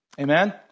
Amen